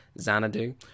xanadu